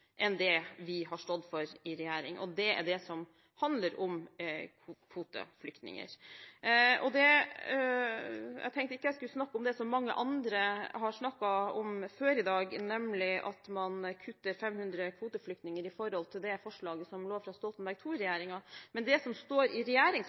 enn det vi har stått for i regjering, og det er det som handler om kvoteflyktninger. Jeg tenkte at jeg ikke skulle snakke om det som mange andre har snakket om før i dag, nemlig at man kutter antall kvoteflyktninger med 500 i forhold til det forslaget som lå fra Stoltenberg